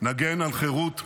נגן על חירות מולדתנו,